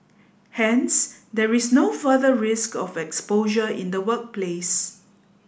hence there is no further risk of exposure in the workplace